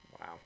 Wow